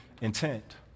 intent